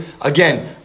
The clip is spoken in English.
Again